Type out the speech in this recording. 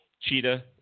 Cheetah